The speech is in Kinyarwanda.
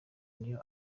niyo